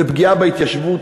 בפגיעה בהתיישבות,